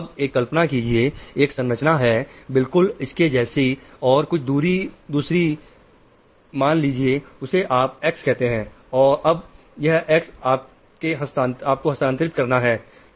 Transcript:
अब एक कल्पना कीजिए एक संरचना है बिल्कुल इसके जैसी और कुछ दूसरी जी मान लीजिए उसे आप एक्स कहते हैं अब यह एक्स आपके हस्तांतरित करना है